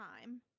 time